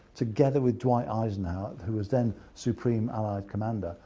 together with dwight eisenhower who was then supreme allied commander,